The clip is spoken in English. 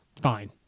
fine